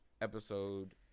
episode